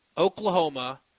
Oklahoma